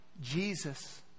Jesus